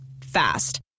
Fast